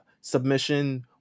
submission